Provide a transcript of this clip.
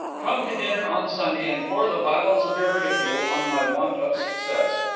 come to dinner on sunday and pour the vials of your ridicule on my want of success.